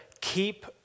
keep